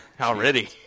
already